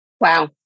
Wow